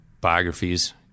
biographies